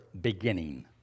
beginning